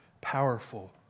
powerful